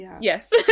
yes